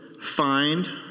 find